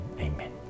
Amen